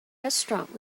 restaurant